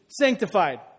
sanctified